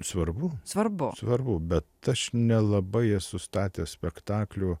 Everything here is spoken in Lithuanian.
svarbu svarbu bet aš nelabai esu statęs spektaklių